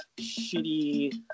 shitty